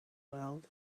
world